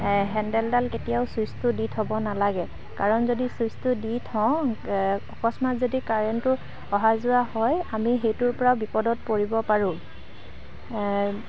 হেণ্ডেলডাল কেতিয়াও ছুইচটো দি থ'ব নালাগে কাৰণ যদি ছুইচটো দি থওঁ অকস্মাত যদি কাৰেণটো অহা যোৱা হয় আমি সেইটোৰ পৰা বিপদত পৰিব পাৰোঁ